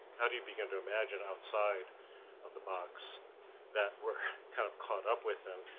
how do you begin to imagine outside of the box that we're kind of caught up with and,